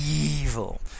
evil